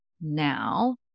now